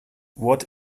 what